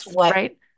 right